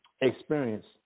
experience